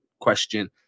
question